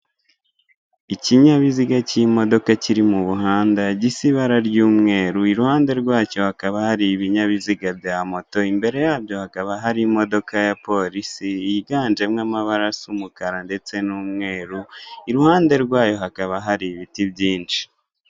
Ikinyabiziga cy'imodoka kiri mu muhanda gisi ibara ry'umweru, iruhande rwacyo hakaba hari ibinyabiziga bya moto, imbere yabyo hakaba harimo ya polisi yiganjemo amabara asa umukara ndetse n'umweru, iruhande rwayo hakaba hari ibiti byinshi.